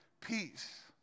peace